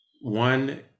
One